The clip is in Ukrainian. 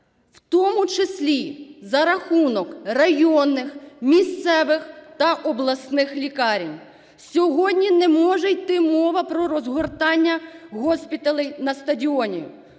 в тому числі за рахунок районних, місцевих та обласних лікарень. Сьогодні не може йти мова про розгортання госпіталей на стадіоні.